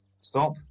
Stop